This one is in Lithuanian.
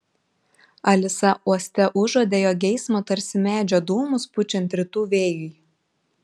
alisa uoste užuodė jo geismą tarsi medžio dūmus pučiant rytų vėjui